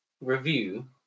review